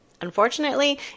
Unfortunately